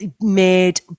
made